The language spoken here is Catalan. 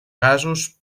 gasos